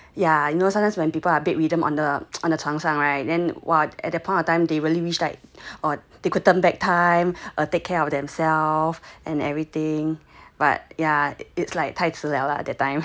yeah you know sometimes when people are bed ridden on the on the 病床 right and !wah! at that point of they really wish they could turn back time or take care of themselves and everything but yeah it's like 太迟了 lah that time